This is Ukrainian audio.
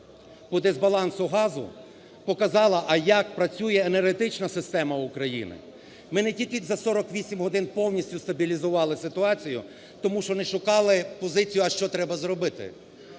по дисбалансу газу показала, а як працює енергетична система України. Ми не тільки за 48 годин повністю стабілізували ситуацію, тому що не шукали позицію, а що треба зробити.